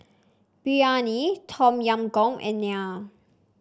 Biryani Tom Yam Goong and Naan